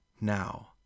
Now